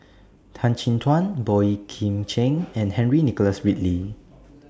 Tan Chin Tuan Boey Kim Cheng and Henry Nicholas Ridley